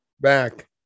back